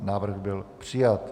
Návrh byl přijat.